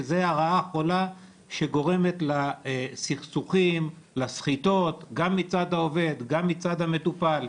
שזו הרעה החולה שגורמת לסכסוכים ולסחיטות גם מצד העובד וגם מצד המטופל.